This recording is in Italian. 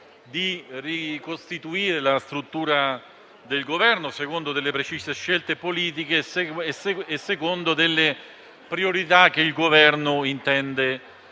di ricostituire la struttura del Governo, secondo precise scelte politiche e secondo priorità che il Governo intende